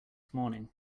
morning